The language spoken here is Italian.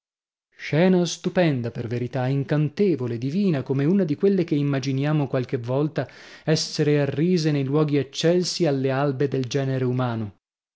scena stupenda per verità incantevole divina come una di quelle che immaginiamo qualche volta essere arrise nei luoghi eccelsi alle albe del genere umano